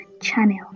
channel